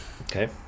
Okay